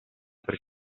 per